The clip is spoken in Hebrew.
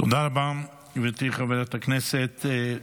תודה רבה, גברתי חברת הכנסת.